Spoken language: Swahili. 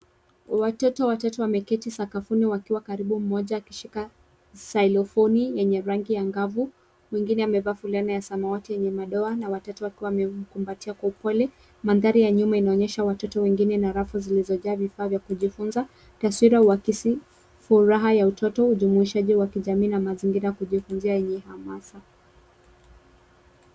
Watoto watatu wameketi sakafuni wakiwa karibu, mmoja akishika silofoni yenye rangi angavu, mwingine amevaa fulana ya samawati yenye madoa na watatu akiwa amemkumbatia kwa upole. Mandhari ya nyuma inaonyesha watoto wengine na rafu zilizojaa vifaa vya kujifunza. Taswira huakisi furaha ya watoto, ujumuishaji wa jamii na mazingira ya kujifunzia yenye hamasa.